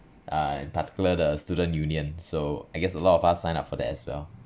uh in particular the student union so I guess a lot of us sign up for that as well